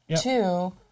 Two